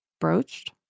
broached